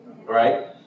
Right